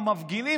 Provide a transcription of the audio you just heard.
המפגינים,